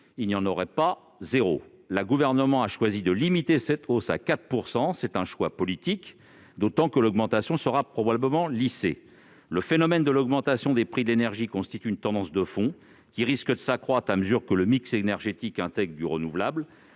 de l'électricité. Le Gouvernement a choisi de limiter cette hausse à 4 %: c'est un choix politique, d'autant que l'augmentation sera probablement lissée. Le phénomène d'augmentation des prix de l'énergie constitue une tendance de fond qui risque de s'accentuer à mesure que le mix énergétique inclura davantage de renouvelable.